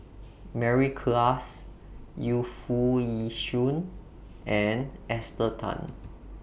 Mary Klass Yu Foo Yee Shoon and Esther Tan